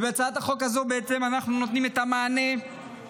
בהצעת החוק הזו אנחנו בעצם נותנים את המענה הרחב,